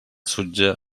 sutja